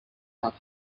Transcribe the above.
half